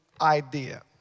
idea